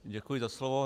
Děkuji za slovo.